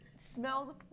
smell